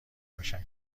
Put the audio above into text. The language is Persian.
باشم